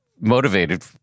motivated